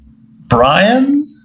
Brian